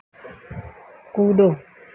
कूदो